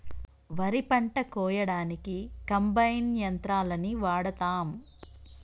వరి పంట కోయడానికి కంబైన్ యంత్రాలని వాడతాం